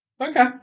Okay